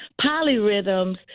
polyrhythms